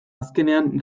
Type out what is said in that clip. azkenean